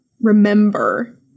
remember